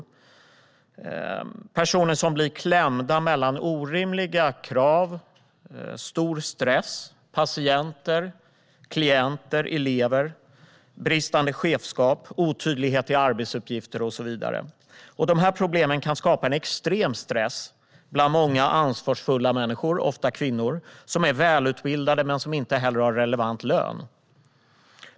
Det är personer som blir klämda mellan orimliga krav, stor stress, patienter, klienter, elever, bristande chefskap, otydlighet i arbetsuppgifter och så vidare. Detta kan skapa en extrem stress hos många ansvarsfulla människor, ofta kvinnor, som är välutbildade men som inte har relevant lön.